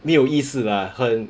没有意思啦很